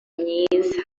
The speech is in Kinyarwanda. myiza